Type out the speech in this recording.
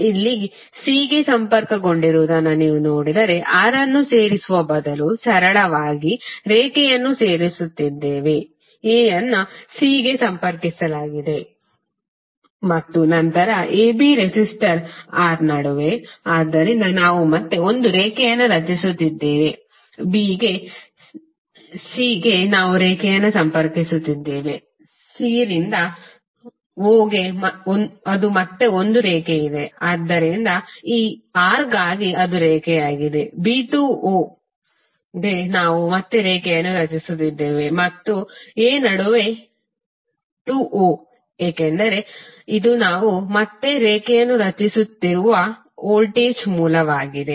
ಇಲ್ಲಿ c ಗೆ ಸಂಪರ್ಕಗೊಂಡಿರುವುದನ್ನು ನೀವು ನೋಡಿದರೆ R ಅನ್ನು ಸೇರಿಸುವ ಬದಲು ಸರಳವಾಗಿ ರೇಖೆಯನ್ನು ಸೇರಿಸುತ್ತಿದ್ದೇವೆ a ಅನ್ನು c ಗೆ ಸಂಪರ್ಕಿಸಲಾಗಿದೆ ಮತ್ತು ನಂತರ ab ರೆಸಿಸ್ಟರ್ R ನಡುವೆಆದ್ದರಿಂದ ನಾವು ಮತ್ತೆ ಒಂದು ರೇಖೆಯನ್ನು ರಚಿಸುತ್ತಿದ್ದೇವೆ b ಗೆ c ಗೆ ನಾವು ರೇಖೆಯನ್ನು ಸಂಪರ್ಕಿಸುತ್ತಿದ್ದೇವೆ c ರಿಂದ o ಅದು ಮತ್ತೆ ಒಂದು ರೇಖೆಯಿದೆ ಆದ್ದರಿಂದ ಈ R ಗಾಗಿ ಅದು ರೇಖೆಯಾಗಿದೆ b ಟು o ಗೆ ನಾವು ಮತ್ತೆ ರೇಖೆಯನ್ನು ರಚಿಸುತ್ತಿದ್ದೇವೆ ಮತ್ತು a ನಡುವೆ ಟು o ಏಕೆಂದರೆ ಇದು ನಾವು ಮತ್ತೆ ರೇಖೆಯನ್ನು ರಚಿಸುತ್ತಿರುವ ವೋಲ್ಟೇಜ್ ಮೂಲವಾಗಿದೆ